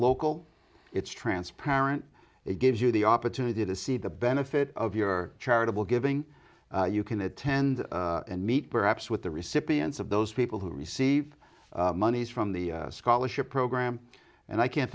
local it's transparent it gives you the opportunity to see the benefit of your charitable giving you can attend and meet perhaps with the recipients of those people who receive monies from the scholarship program and i can't